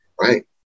Right